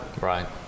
Right